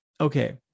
okay